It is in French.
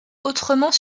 autrement